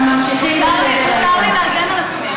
מותר לי להגן על עצמי.